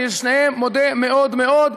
אני לשניהם מודה מאוד מאוד.